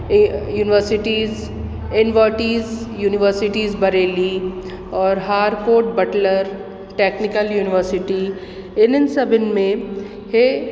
ए universities Invertis universities Bareilly और Harcourt Butler technical universities इन्हनि सभिनी में इहे